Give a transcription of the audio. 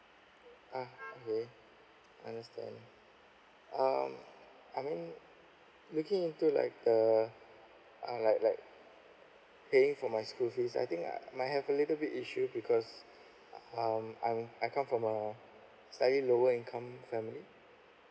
ah okay understand um I mean looking into like a uh like like paying for my school fees I think I might have a little bit issue because um I'm I come from a slightly lower income family